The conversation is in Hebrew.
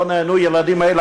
לא נהנו הילדים האלה,